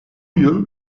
yıl